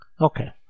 Okay